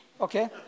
Okay